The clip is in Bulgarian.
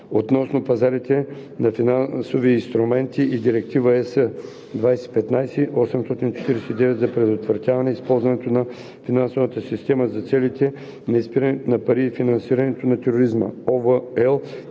относно пазарите на финансови инструменти и Директива (ЕС) 2015/849 за предотвратяване използването на финансовата система за целите на изпирането на пари и финансирането на тероризма (ОВ,